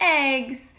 eggs